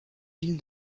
ville